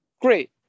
great